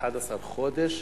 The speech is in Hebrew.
11 חודש,